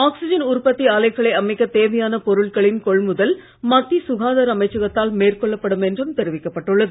oxygen உற்பத்தி ஆலைகளை அமைக்கத் தேவையான பொருட்களின் கொள்முதல் மத்திய சுகாதார அமைச்சகத்தால் மேற்கொள்ளப்படும் என்றும் தெரிவிக்கப் பட்டுள்ளது